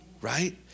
Right